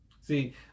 See